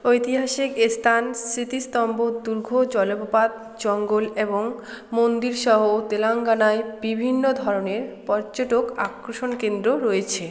ঐতিহাসিক স্থান স্মৃতিস্তম্ভ দুর্গ জলপ্রপাত জঙ্গল এবং মন্দিরসহ তেলেঙ্গানায় বিভিন্ন ধরনের পর্যটক আকর্ষণ কেন্দ্র রয়েছে